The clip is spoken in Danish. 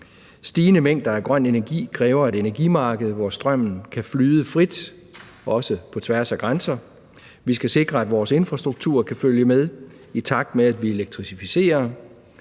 Stigende mængder af grøn energi kræver et energimarked, hvor strømmen kan flyde frit, også på tværs af grænser. Vi skal sikre, at vores infrastruktur kan følge med, i takt med at vi elektrificerer,